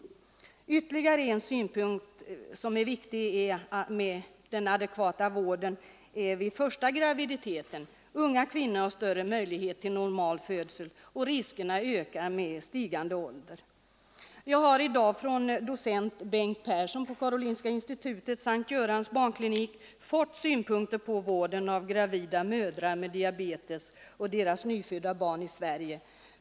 Ytterligare en synpunkt är att det är viktigt med adekvat vård vid den första graviditeten. Unga kvinnor har större möjligheter till normal födsel, medan riskerna ökar med stigande ålder. Jag har i dag från docent Bengt Persson, Karolinska institutet, S:t Görans barnklinik, fått synpunkter på vården av gravida mödrar med diabetes och deras nyfödda barn i Sverige.